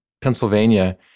Pennsylvania